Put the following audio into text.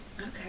okay